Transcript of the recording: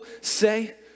say